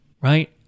right